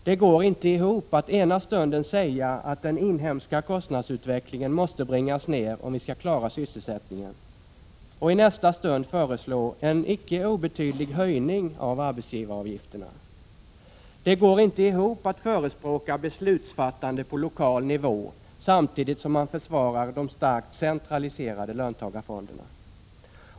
Det går inte ihop att ena stunden säga att den inhemska kostnadsutvecklingen måste bringas ned om 47 vi skall klara sysselsättningen och i nästa stund föreslå en icke obetydlig höjning av arbetsgivaravgifterna. Det går inte ihop att förespråka beslutsfattande på lokal nivå samtidigt som man försvarar de starkt centraliserade löntagarfonderna.